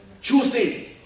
choosing